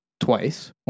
Twice